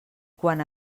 quan